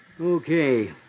Okay